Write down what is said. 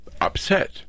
upset